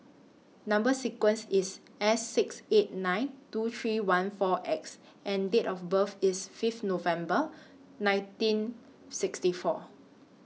Number sequence IS S six eight nine two three one four X and Date of birth IS Fifth November nineteen sixty four